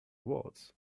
words